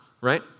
right